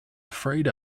afraid